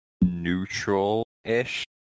neutral-ish